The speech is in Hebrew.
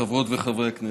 חברות וחברי הכנסת,